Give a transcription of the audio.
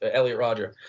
ah elliot rodger,